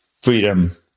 freedom